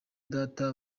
data